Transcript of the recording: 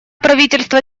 правительство